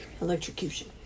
Electrocution